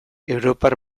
europar